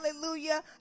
Hallelujah